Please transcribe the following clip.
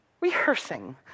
rehearsing